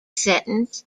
settings